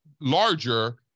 larger